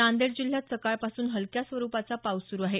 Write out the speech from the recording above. नांदेड जिल्ह्यात सकाळपासून हलक्या स्वरुपाचा पाऊस सुरु आहे